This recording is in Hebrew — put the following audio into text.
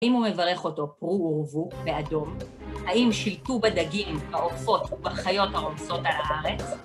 האם הוא מברך אותו פרו ורבו באדום? האם שלטו בדגים, בעופות ובחיות הרומסות על הארץ?